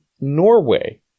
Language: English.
Norway